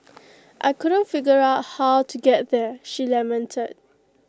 I couldn't figure out how to get there she lamented